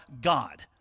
God